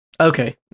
Okay